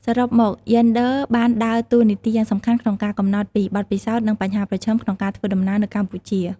សរុបមក យេនដ័របានដើរតួនាទីយ៉ាងសំខាន់ក្នុងការកំណត់ពីបទពិសោធន៍និងបញ្ហាប្រឈមក្នុងការធ្វើដំណើរនៅកម្ពុជា។